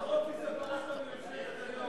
פרשת מממשלת נתניהו,